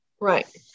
Right